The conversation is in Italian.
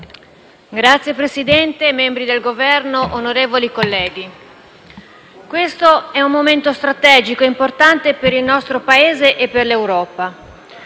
Signor Presidente, membri del Governo, onorevoli colleghi, questo è un momento strategico importante per il nostro Paese e per l'Europa.